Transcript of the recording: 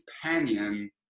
companion